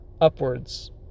upwards